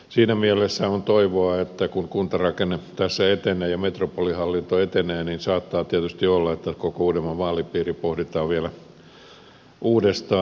siinä mielessä on toivoa että kun kuntarakenne tässä etenee ja metropolihallinto etenee saattaa tietysti olla että koko uudenmaan vaalipiiri pohditaan vielä uudestaan